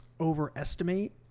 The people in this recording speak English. overestimate